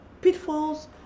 pitfalls